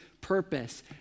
Purpose